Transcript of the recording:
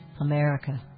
America